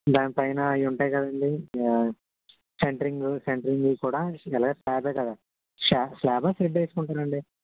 దానిపైన అవి ఉంటాయి కదండి సెంటరింగు సెంటరింగుకు కూడా ఎలాగో స్లాబే కదా స్లా స్లాబా షెడ్ వేసుకుంటారా అండి